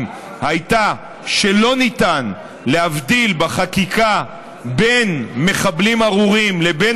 הייתה שלא ניתן להבדיל בחקיקה בין מחבלים ארורים לבין